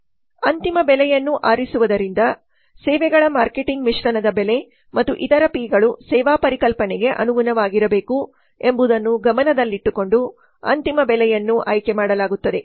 ಅಂತಿಮ ಬೆಲೆಯನ್ನು ಆರಿಸುವುದರಿಂದ ಸೇವೆಗಳ ಮಾರ್ಕೆಟಿಂಗ್ ಮಿಶ್ರಣದ ಬೆಲೆ ಮತ್ತು ಇತರ ಪಿಗಳು ಸೇವಾ ಪರಿಕಲ್ಪನೆಗೆ ಅನುಗುಣವಾಗಿರಬೇಕು ಎಂಬುದನ್ನು ಗಮನದಲ್ಲಿಟ್ಟುಕೊಂಡು ಅಂತಿಮ ಬೆಲೆಯನ್ನು ಆಯ್ಕೆ ಮಾಡಲಾಗುತ್ತದೆ